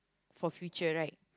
for future right